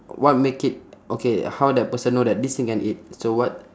what make it okay how that person know that this thing can eat so what